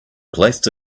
placed